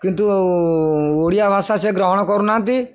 କିନ୍ତୁ ଓଡ଼ିଆ ଭାଷା ସେ ଗ୍ରହଣ କରୁନାହାନ୍ତି